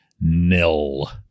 nil